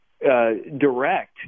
direct